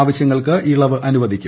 ആവശ്യങ്ങൾക്ക് ഇളവ് അനുവദിക്കും